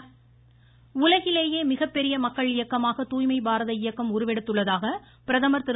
பிரதமர் உலகிலேயே மிகப்பெரிய மக்கள் இயக்கமாக தூய்மை பாரத இயக்கம் உருவெடுத்துள்ளதாக பிரதமர் திரு